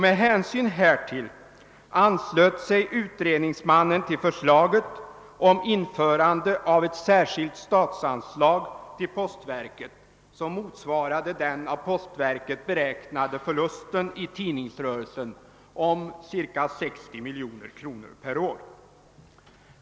Med hänsyn härtill anslöt sig utredningsmannen till förslaget om införandet av ett särskilt statsanslag till postverket, som motsvarade den av postverket beräknade förlusten i tidningsrörelsen om cirka 60 miljoner kronor per år.